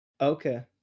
Okay